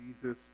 Jesus